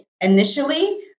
Initially